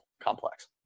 complex